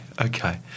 Okay